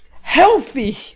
healthy